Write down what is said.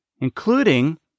including